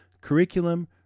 curriculum